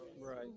Right